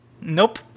nope